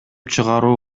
чыгаруу